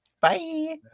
Bye